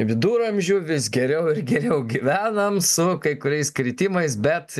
viduramžių vis geriau ir geriau gyvenam su kai kuriais kritimais bet